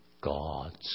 God's